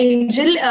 Angel